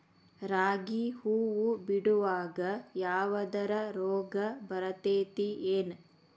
ರಾಗಿ ಹೂವು ಬಿಡುವಾಗ ಯಾವದರ ರೋಗ ಬರತೇತಿ ಏನ್?